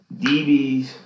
DBs